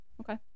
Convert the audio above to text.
Okay